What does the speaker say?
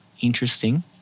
Interesting